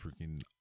freaking